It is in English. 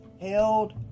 held